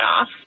off